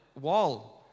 wall